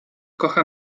kocha